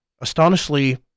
astonishingly